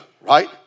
right